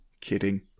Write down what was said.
kidding